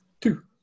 Two